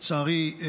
לצערי,